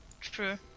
True